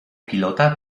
pilota